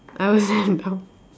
I was damn dumb